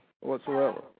whatsoever